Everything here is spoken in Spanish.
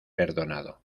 perdonado